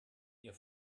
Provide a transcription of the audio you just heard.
ihr